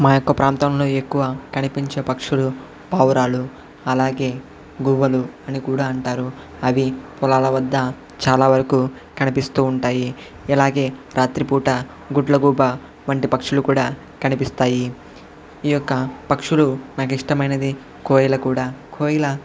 మా యొక్క ప్రాంతంలో ఎక్కువ కనిపించే పక్షులు పావురాలు అలాగే గువ్వలు అని కూడా అంటారు అవి పొలాల వద్ద చాలావరకు కనిపిస్తూ ఉంటాయి ఇలాగే రాత్రిపూట గుడ్లగూబ వంటి పక్షులు కూడా కనిపిస్తాయి ఈ యొక్క పక్షులు నాకు ఇష్టమైనది కోయిల కూడా కోయిల